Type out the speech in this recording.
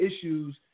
issues